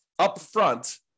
upfront